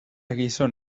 gizon